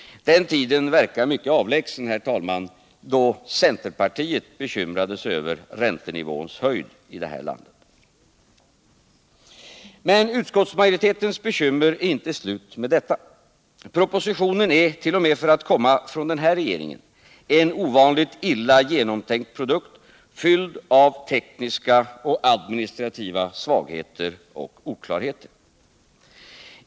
Men tiden verkar mycket avlägsen, herr talman, då centerpartiet bekymrar sig över räntenivåns höjd i det här landet. Men utskottsmajoritetens bekymmer är inte slut med detta. Propositionen är,t. 0. m. för att komma från den här regeringen, en ovanligt illa genomtänkt produkt, full av tekniska och administrativa svagheter och oklarheter.